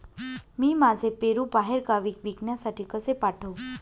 मी माझे पेरू बाहेरगावी विकण्यासाठी कसे पाठवू?